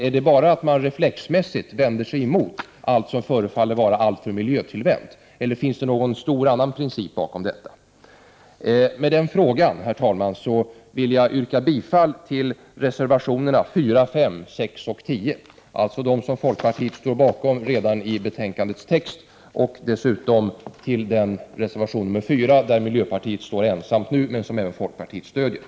Vänder sig moderater och socialdemokrater bara reflexmässigt mot allt som förefaller att vara alltför miljötillvänt eller finns det någon annan stor princip bakom detta? Herr talman! Jag yrkar bifall till reservationerna 4, 5, 6 och 10. Prot. 1988/89:125 Reservätionerna 5, 6 och 10 står folkpartiet bakom redan i betänkandet, men 31 maj 1989 reservation 4 är en miljöpartimotion som vi i folkpartiet stöder. vässa do fins Äkerhelst